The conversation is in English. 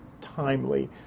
timely